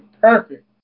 perfect